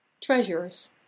Treasures